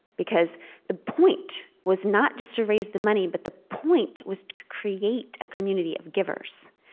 because the point was not just to raise the money, but the point was to create a community of givers.